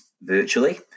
virtually